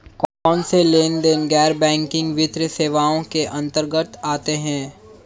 कौनसे लेनदेन गैर बैंकिंग वित्तीय सेवाओं के अंतर्गत आते हैं?